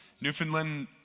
Newfoundland